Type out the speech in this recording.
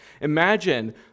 Imagine